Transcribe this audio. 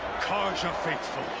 carja faithful.